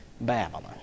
Babylon